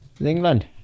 England